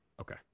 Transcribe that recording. okay